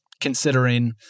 considering